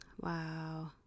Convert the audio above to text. wow